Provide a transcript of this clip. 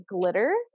glitter